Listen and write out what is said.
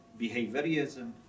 behaviorism